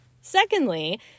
Secondly